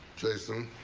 jason,